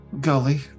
Gully